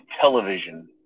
television